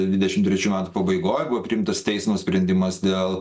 dvidešim trečių metų pabaigoj buvo priimtas teismo sprendimas dėl